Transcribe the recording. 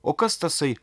o kas tasai